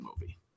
movie